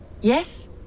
Yes